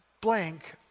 blank